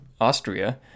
Austria